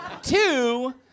Two